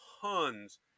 tons